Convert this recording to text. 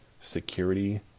security